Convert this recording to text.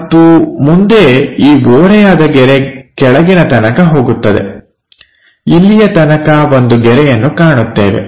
ಮತ್ತು ಮುಂದೆ ಈ ಓರೆಯಾದ ಗೆರೆ ಕೆಳಗಿನ ತನಕ ಹೋಗುತ್ತದೆ ಇಲ್ಲಿಯ ತನಕ ಒಂದು ಗೆರೆಯನ್ನು ಕಾಣುತ್ತೇವೆ